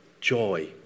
joy